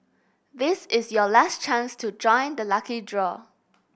this is your last chance to join the lucky draw